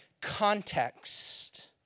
context